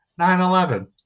9-11